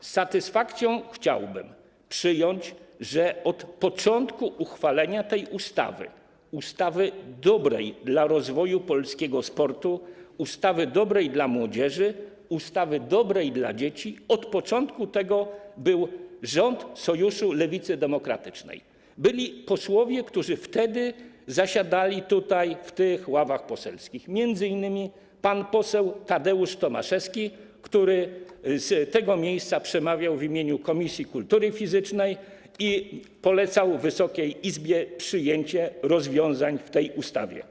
Z satysfakcją chciałbym powiedzieć, że od początku prac nad uchwaleniem tej ustawy, ustawy dobrej dla rozwoju polskiego sportu, ustawy dobrej dla młodzieży, ustawy dobrej dla dzieci, obecny był rząd Sojuszu Lewicy Demokratycznej, obecni byli posłowie, którzy wtedy zasiadali tutaj w tych ławach poselskich, m.in. pan poseł Tadeusz Tomaszewski, który z tego miejsca przemawiał w imieniu komisji kultury fizycznej i polecał Wysokiej Izbie przyjęcie rozwiązań w tej ustawie.